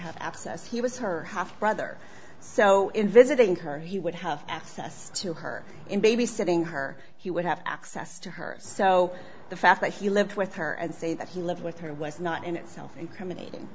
have abscess he was her half brother so in visiting her he would have access to her in baby sitting her he would have access to her so the fact that he lived with her and say that he lived with her was not in itself incriminating